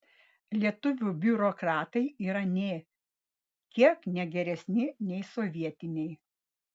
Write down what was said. lietuvių biurokratai yra nė kiek ne geresni nei sovietiniai